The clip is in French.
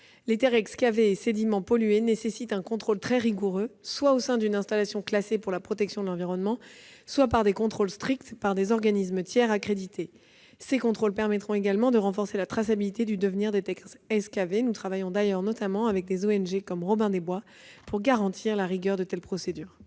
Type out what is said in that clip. les terres excavées et sédiments pollués nécessitent un contrôle très rigoureux, exercé soit au sein d'une installation classée pour la protection de l'environnement, soit par des organismes tiers accrédités. Ces contrôles permettront également de renforcer la traçabilité du devenir des terres excavées. Nous travaillons notamment avec des ONG comme Robin des Bois pour garantir la rigueur de telles procédures.